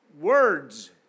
words